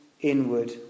inward